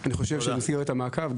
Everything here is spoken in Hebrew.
במסגרת המעקב,